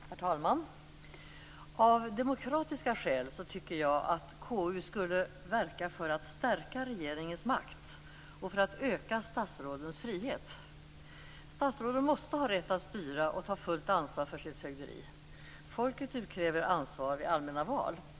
Herr talman! Av demokratiska skäl tycker jag att konstitutionsutskottet skulle verka för att stärka regeringens makt och för att öka statsrådens frihet. Statsråden måste ha rätt att styra och ta fullt ansvar för sitt fögderi. Folket utkräver ansvar vid allmänna val.